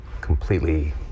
completely